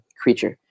creature